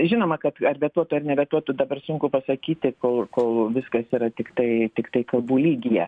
žinoma kad ar vetuotų ar nevetuotų dabar sunku pasakyti kol kol viskas yra tiktai tiktai kalbų lygyje